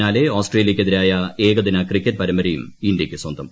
പിന്നാലെ ഓസ്ട്രേലിയയ്ക്കെതിരായ ഏകദിന ക്രിക്കറ്റ് പരമ്പരയും ഇന്ത്യയ്ക്ക് സ്വന്തം